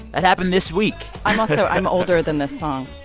that happened this week i'm also i'm older than this song.